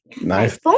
Nice